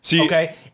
Okay